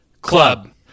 Club